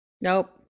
nope